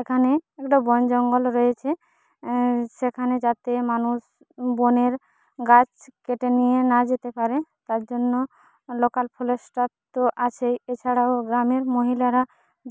এখানে একটু বন জঙ্গল রয়েছে সেখানে যাতে মানুষ বনের গাছ কেটে নিয়ে না যেতে পারে তার জন্য লোকাল পুলিশ স্টাফ তো আছে এ ছাড়াও গ্রামীণ মহিলারা